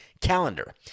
calendar